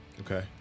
Okay